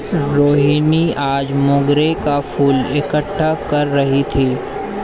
रोहिनी आज मोंगरे का फूल इकट्ठा कर रही थी